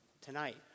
tonight